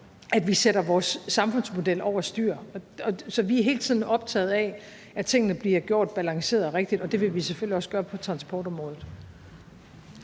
at vi sætter vores samfundsmodel over styr. Så vi er hele tiden optaget af, at tingene bliver gjort balanceret og rigtigt, og det vil vi selvfølgelig også gøre på transportområdet.